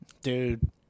Dude